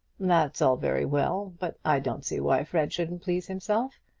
that's all very well but i don't see why fred shouldn't please himself.